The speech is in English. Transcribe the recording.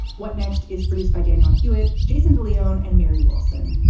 what next is produced by daniel hewitt, jason de leon and mary wilson.